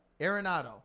Arenado